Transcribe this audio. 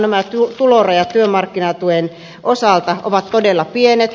nämä tulorajat työmarkkinatuen osalta ovat todella pienet